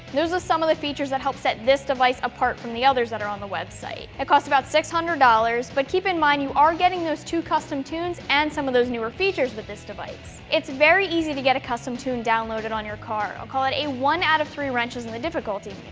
those are ah some of the features that help set this device apart from the others that are on the website. it costs about six hundred dollars but keep in mind you are getting those two custom tunes and some of those newer features with this device. it's very easy to get a custom tune downloaded on your car. i'll call it a one out of three wrenches in the difficulty